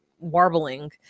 warbling